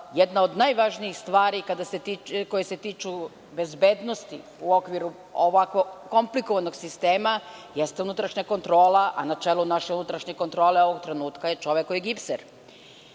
jedna od najvažnijih stvari koje se tiču bezbednosti u okviru ovako komplikovanog sistema jeste unutrašnja kontrola, a na čelu naše unutrašnje kontrole ovog trenutka je čovek koji je